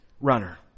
runner